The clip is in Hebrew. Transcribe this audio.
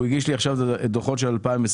הוא הגיש לי עכשיו דוחות של 2021,